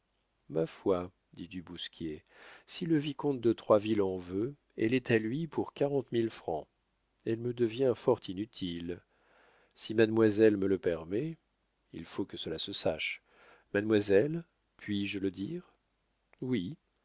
ma foi dit du bousquier si le vicomte de troisville en veut elle est à lui pour quarante mille francs elle me devient fort inutile si mademoiselle me le permet il faut que cela se sache mademoiselle puis-je le dire oui